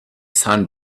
sun